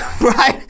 right